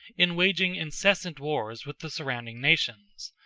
in waging incessant wars with the surrounding nations.